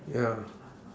ya